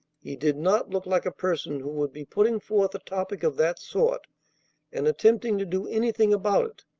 he did not look like a person who would be putting forth a topic of that sort and attempting to do anything about it.